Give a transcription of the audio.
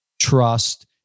trust